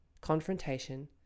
confrontation